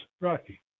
Rocky